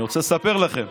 אני רוצה לספר לכם,